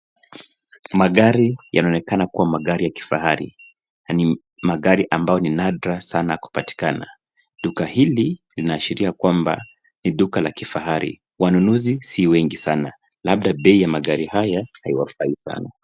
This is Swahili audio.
Magari yanaonekana kuwa magari ya kifahari. Na ni magari ambayo ni nadra sana kupatikana. Duka hili lina ashiria kwamba ni duka la kifahari, wanunuzi si wengi sana. Labda bei ya magari haya , haiwafai sana.